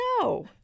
No